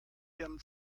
ihren